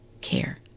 care